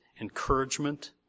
encouragement